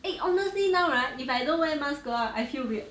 eh honestly now right if I don't wear mask go out I feel weird